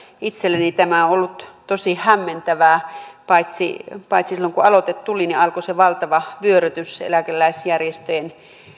itselleni tämä on ollut tosi hämmentävää silloin kun aloite tuli alkoi se valtava vyörytys eläkeläisjärjestöjen